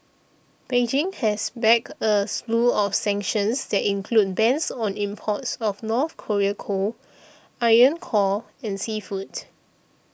Beijing has backed a slew of sanctions that include bans on imports of North Korean coal iron core and seafood